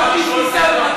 למה צריך להחזיר אותו?